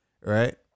right